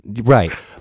right